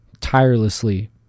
tirelessly